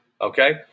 okay